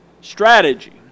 strategy